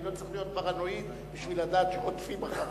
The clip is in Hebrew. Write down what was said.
אני לא צריך להיות פרנואיד בשביל לדעת שרודפים אחרי.